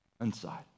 inside